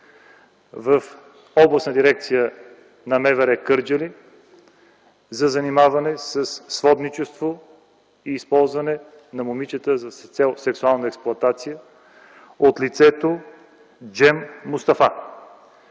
в Областна дирекция на МВР – Кърджали, за занимаване със сводничество и използване на момичета с цел сексуална експлоатация от лицето Джем Мустафа.